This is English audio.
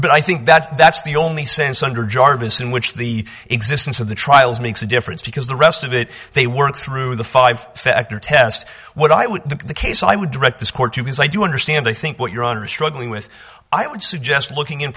but i think that that's the only sense under jarvis in which the existence of the trials makes a difference because the rest of it they work through the five factor test what i would the case i would direct this court to his i do understand i think what your own are struggling with i would suggest looking in